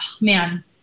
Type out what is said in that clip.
man